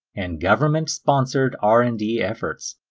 and government sponsored r and d efforts.